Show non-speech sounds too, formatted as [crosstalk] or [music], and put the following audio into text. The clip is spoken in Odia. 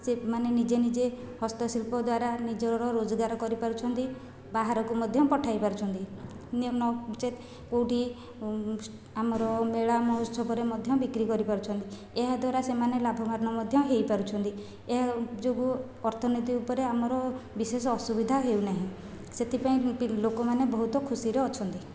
ସେ ମାନେ ନିଜେ ନିଜେ ହସ୍ତ ଶିଳ୍ପ ଦ୍ଵାରା ନିଜର ରୋଜଗାର କରିପାରୁଛନ୍ତି ବାହାରକୁ ମଧ୍ୟ ପଠାଇ ପାରୁଛନ୍ତି [unintelligible] କେଉଁଠି ଆମର ମେଳା ମହୋତ୍ସବରେ ମଧ୍ୟ ବିକ୍ରି କରିପାରୁଛନ୍ତି ଏହାଦ୍ୱାରା ସେମାନେ ଲାଭବାନ ମଧ୍ୟ ହେଇ ପାରୁଛନ୍ତି ଏହା ଯୋଗୁ ଅର୍ଥନୀତି ଉପରେ ଆମର ବିଶେଷ ଅସୁବିଧା ହେଉ ନାହିଁ ସେଥିପାଇଁ ପି ଲୋକମାନେ ବହୁତ ଖୁସିରେ ଅଛନ୍ତି